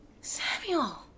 Samuel